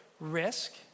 risk